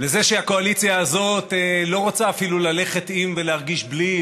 לזה שהקואליציה הזאת לא רוצה אפילו ללכת עם ולהרגיש בלי,